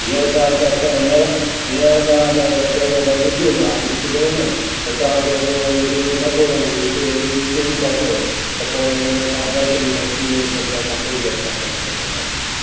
हींअर तव्हां छा छा हींअर तव्हां चओ था भई ॾिसी वञो हाणे ॾिसी त वञूं पर तव्हांखे पोइ वरी इहो नथो वणे ए सी ऐं ॿी चेंज था कयो त पोइ इन खां बेहतरीन आहे थी वञे तंहिंखां पोइ असां करे सघंदासीं